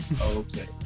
okay